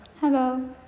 Hello